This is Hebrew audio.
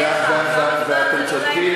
ואתם צודקים,